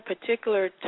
particular